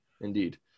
indeed